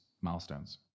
milestones